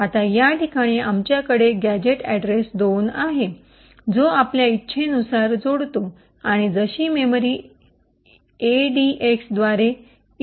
आता या ठिकाणी आमच्याकडे गॅझेट अड्रेस २ आहे जो आपल्या इच्छेनुसार जोडतो आणि जशी मेमरी एडीएक्स द्वारे इएएक्स रजिस्टर कडे दर्शविते